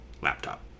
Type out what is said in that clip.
laptop